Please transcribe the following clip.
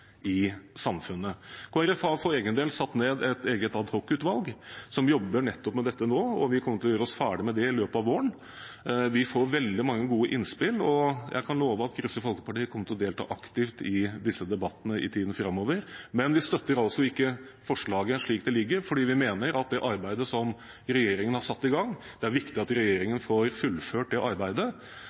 i samfunnet. Kristelig Folkeparti har for egen del satt ned et eget adhocutvalg som jobber med nettopp dette nå, og vi kommer til å gjøre oss ferdig med det i løpet av våren. Vi får veldig mange gode innspill, og jeg kan love at Kristelig Folkeparti kommer til å delta aktivt i disse debattene i tiden framover. Men vi støtter ikke forslaget slik det foreligger, fordi vi mener at det arbeidet som regjeringen har satt i gang, er det viktig at regjeringen får fullført.